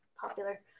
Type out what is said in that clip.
popular